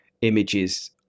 images